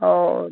और